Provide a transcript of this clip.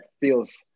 feels